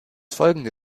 folgende